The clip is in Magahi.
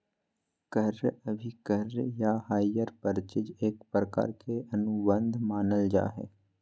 क्रय अभिक्रय या हायर परचेज एक प्रकार के अनुबंध मानल जा हय